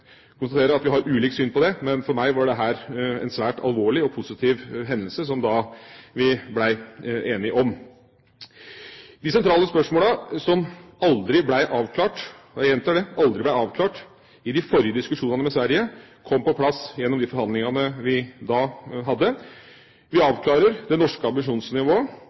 at vi har ulikt syn på det, men for meg var dette en svært alvorlig og positiv hendelse, som vi ble enige om. De sentrale spørsmålene som aldri ble avklart – jeg gjentar, aldri ble avklart – i de forrige diskusjonene med Sverige, kom på plass gjennom de forhandlingene vi nå har hatt. Vi avklarer det norske ambisjonsnivået,